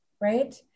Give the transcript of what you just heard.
right